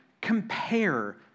compare